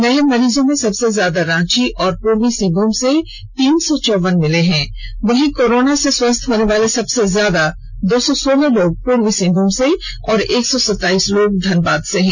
नए मरीजों में सबसे ज्यादा रांची और पूर्वी सिंहभूम से तीन सौ चौवन मिले हैं वहीं कोरोना से स्वस्थ होने वाले सबसे ज्यादा दो सौलह लोग पूर्वी सिंहभूम से और एक सौ सताइस लोग धनबाद से हैं